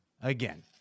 Again